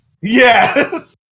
Yes